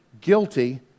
guilty